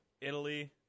Italy